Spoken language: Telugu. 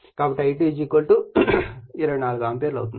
కాబట్టి I2 24 ఆంపియర్ అవుతుంది